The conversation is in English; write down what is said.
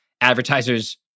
advertisers